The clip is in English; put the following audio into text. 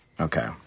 okay